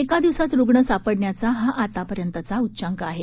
एका दिवसात रुग्ण सापडण्याचा हा आतापर्यंतचा उच्चांक आहे